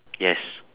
yes